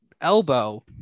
elbow